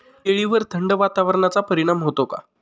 केळीवर थंड वातावरणाचा परिणाम होतो का?